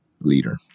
leader